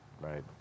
right